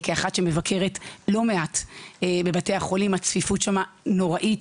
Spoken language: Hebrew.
כאחת שמבקרת לא מעט בבתי החולים הצפיפות שם נוראית,